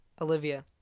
Olivia